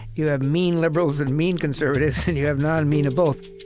you have mean liberals and mean conservatives, and you have non-mean of both